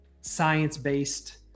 science-based